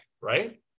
right